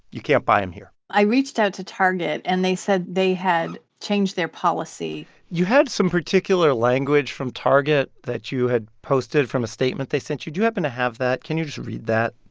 you can't buy them here i reached out to target, and they said they had changed their policy you had some particular language from target that you had posted from a statement they sent you. do you happen to have that? can you just read that?